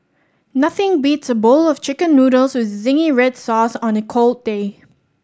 nothing beats a bowl of Chicken Noodles with zingy red sauce on a cold day